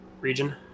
region